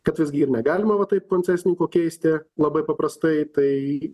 kad visgi ir negalima va taip koncesininko keisti labai paprastai tai